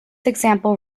example